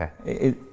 Okay